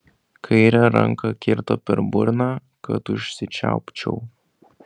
kaire ranka kirto per burną kad užsičiaupčiau